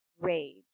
rage